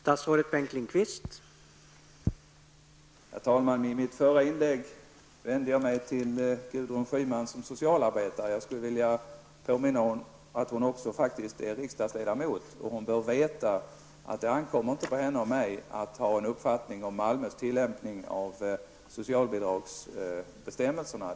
Herr talman! I mitt förra inlägg vände jag mig till Gudrun Schyman i hennes egenskap av socialarbetare. Nu vill jag påminna om att hon faktiskt också är riksdagsledamot och att hon bör veta att det inte ankommer på henne och mig att ha en uppfattning om Malmös tillämpning av socialbidragsbestämmelserna.